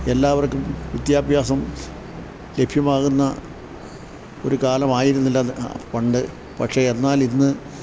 എല്ലാവർക്കും വിദ്യാഭ്യാസം ലഭ്യമാകുന്ന ഒരു കാലമായിരുന്നില്ല പണ്ട് പക്ഷേ എന്നാൽ ഇന്ന്